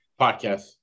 Podcast